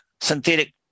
synthetic